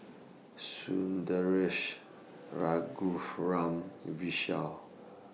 Sundaresh Raghuram Vishal